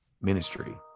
ministry